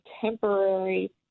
temporary